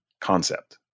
concept